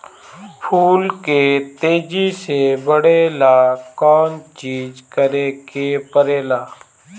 फूल के तेजी से बढ़े ला कौन चिज करे के परेला?